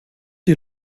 die